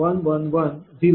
u